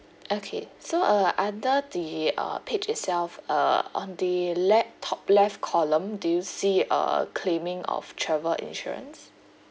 okay so uh under the uh page itself uh on the laptop left column do you see uh claiming of travel insurance